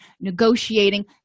negotiating